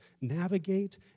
navigate